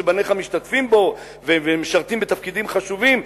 שבניך שמשתתפים בו ומשרתים בתפקידים חשובים,